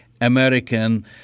American